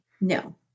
No